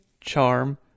charm